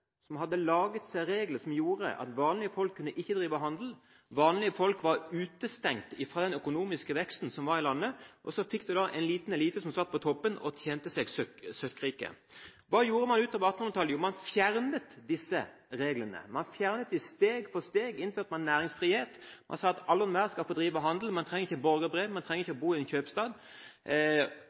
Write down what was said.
Man hadde en liten elite som hadde laget seg regler, som gjorde at vanlige folk ikke kunne drive handel. Vanlige folk var utestengt fra den økonomiske veksten som var i landet. Man hadde en liten elite som satt på toppen og tjente seg søkkrik. Hva gjorde man utover på 1800-tallet? Jo, man fjernet disse reglene. Man fjernet dem steg for steg, og man innførte næringsfrihet. Man sa at alle og enhver skulle få drive handel. Man trengte ikke borgerbrev og bo i en kjøpstad.